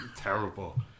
terrible